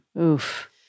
Oof